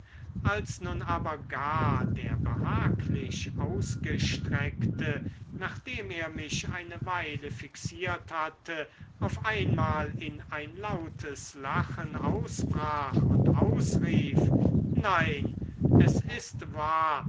als nun aber gar der behaglich ausgestreckte nachdem er mich eine weile fixiert hatte auf einmal in ein lautes lachen ausbrach und ausrief nein es ist wahr